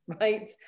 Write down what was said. right